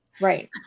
Right